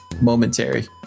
momentary